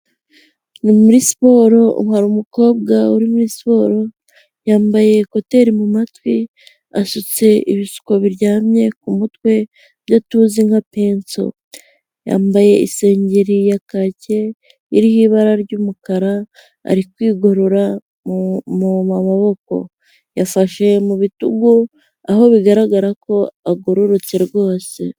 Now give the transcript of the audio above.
Ni muri siporo hari hari umukobwa uri muri siporo yambaye kuteri mu matwi, asutse ibisuko biryamye ku mutwe ibyo tuzi nka penso, yambaye isengeri ya kake iriho ibara ry'umukara ari kwigorora ma maboko, yafashe mu bitugu aho bigaragara ko agororotse rwose.